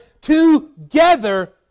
together